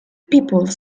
people